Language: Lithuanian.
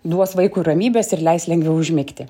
duos vaikui ramybės ir leis lengviau užmigti